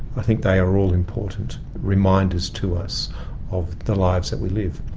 i think they are all important reminders to us of the lives that we lived.